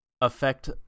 affect